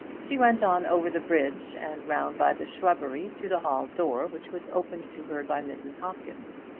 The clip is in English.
she went on over the bridge, and round by the shrubbery to the hall door which was opened to her by mrs. hopkins.